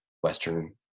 Western